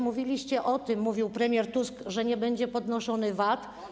Mówiliście, o tym mówił premier Tusk, że nie będzie podnoszony VAT.